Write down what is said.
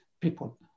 people